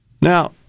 Now